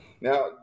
Now